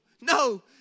no